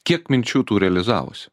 kiek minčių tų realizavosi